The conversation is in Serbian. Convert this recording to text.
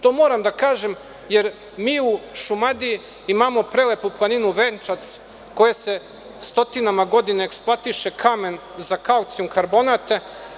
To moram da kažem jer mi u Šumadiji imao prelepu planinu Venčac koja se stotinama godina eksploatiše kamen za kalcijum-karbonat.